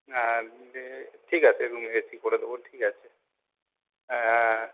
হ্যাঁ ঠিক আছে রুমে এসি করে দেবো ঠিক আছে হ্যাঁ